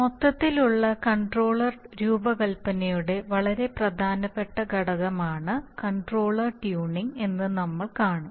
മൊത്തത്തിലുള്ള കൺട്രോളർ രൂപകൽപ്പനയുടെ വളരെ പ്രധാനപ്പെട്ട ഘട്ടമാണ് കൺട്രോളർ ട്യൂണിംഗ് എന്ന് നമ്മൾ കാണും